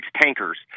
tankers